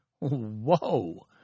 Whoa